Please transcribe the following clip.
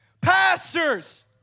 pastors